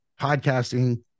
podcasting